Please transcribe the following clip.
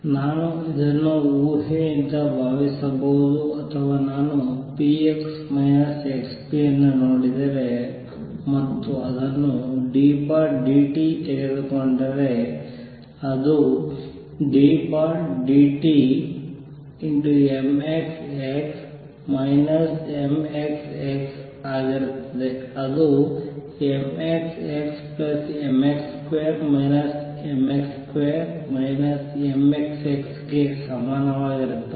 ನಾನು ಇದನ್ನು ಊಹೆಯೆಂದು ಭಾವಿಸಬಹುದು ಅಥವಾ ನಾನು p x x p ಅನ್ನು ನೋಡಿದರೆ ಮತ್ತು ಅದನ್ನು d d t ತೆಗೆದುಕೊಂಡರೆ ಅದು ddt ಆಗಿರುತ್ತದೆ ಅದು mxxmx2 mx2 mxx ಗೆ ಸಮಾನವಾಗಿರುತ್ತದೆ